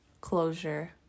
closure